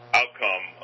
outcome